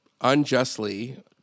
unjustly